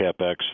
CapEx